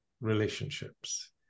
relationships